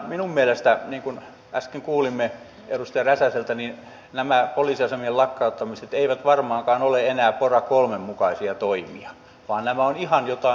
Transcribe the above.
minun mielestäni niin kuin äsken kuulimme edustaja räsäseltä nämä poliisiasemien lakkauttamiset eivät varmaankaan ole enää pora iiin mukaisia toimia vaan nämä ovat ihan jotain muuta